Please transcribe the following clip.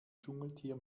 dschungeltier